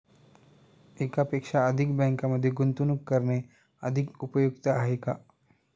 एकापेक्षा अधिक बँकांमध्ये गुंतवणूक करणे अधिक उपयुक्त आहे का?